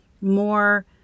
more